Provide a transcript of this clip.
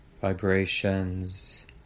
vibrations